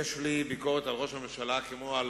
יש לי ביקורת על ראש הממשלה, כמו על